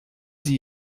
sie